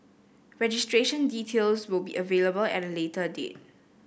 registration details will be available at a later date